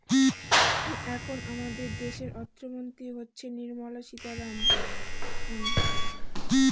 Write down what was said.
এখন আমাদের দেশের অর্থমন্ত্রী হচ্ছেন নির্মলা সীতারামন